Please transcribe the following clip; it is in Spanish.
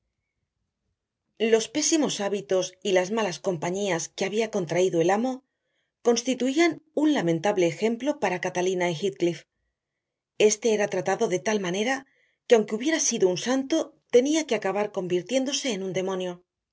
los pésimos hábitos y las malas compañías que había contraído el amo constituían un lamentable ejemplo para catalina y heathcliff éste era tratado de tal manera que aunque hubiera sido un santo tenía que acabar convirtiéndose en un demonio